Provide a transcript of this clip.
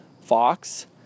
fox